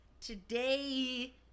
Today